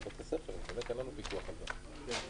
הישיבה נעולה.